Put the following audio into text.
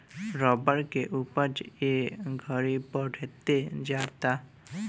rubber के उपज ए घड़ी बढ़ते जाता